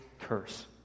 curse